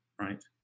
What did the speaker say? Right